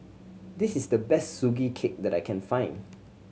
this is the best Sugee Cake that I can find